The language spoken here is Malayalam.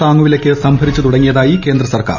താങ്ങുവിലയ്ക്ക് സംഭരിച്ചു തുടങ്ങിയതായി കേന്ദ്ര സർക്കാർ